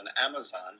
amazon